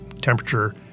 Temperature